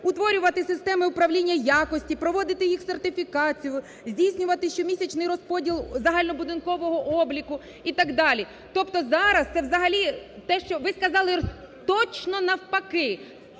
утворювати системи управління якості, проводити їх сертифікацію, здійснювати щомісячний розподіл загальнобудинкового обліку і так далі. Тобто зараз це взагалі те, що ви сказали точно навпаки.